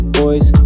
boys